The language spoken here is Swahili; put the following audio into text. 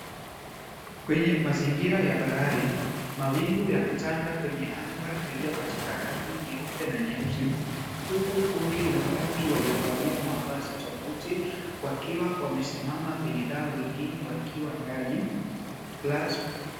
Kwenye mazingira ya bahari, mawingu yametanda kwenye anga yaliyo katika rangi nyeupe na nyeusi huku kundi la watu waliovalia mavazi tofauti wakiwa wamesimama kwenye dau wengine wakiwa ndani.